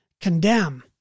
condemn